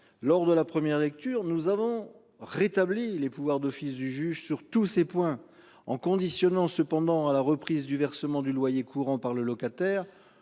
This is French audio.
lors de la première lecture nous avons rétabli les pouvoirs d'office du juge sur tous ces points en conditionnant cependant à la reprise du versement du loyer courant par le locataire.